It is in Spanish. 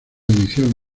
edición